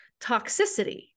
Toxicity